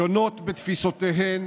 שונות בתפיסותיהן